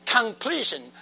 completion